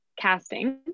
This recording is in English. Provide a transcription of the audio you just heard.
casting